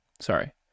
sorry